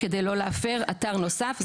על מנת לא להפר אתר נוסף,